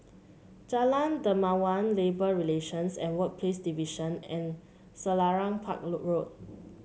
Jalan Dermawan Labour Relations and Workplace Division and Selarang Park Road Road